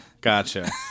Gotcha